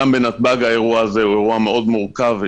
גם בנתב"ג האירוע הזה מורכב מאוד.